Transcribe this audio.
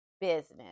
business